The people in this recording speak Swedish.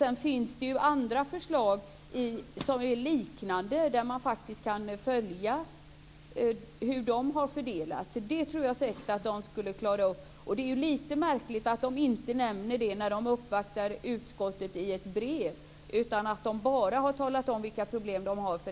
Sedan finns det också andra liknande förslag där man kan följa fördelningen. Det tror jag säkert att man kan klara upp. Det är lite märkligt att man inte nämner några problem när man uppvaktar utskottet i ett brev, utan att man bara har talat om vilka problem man har för